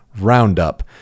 roundup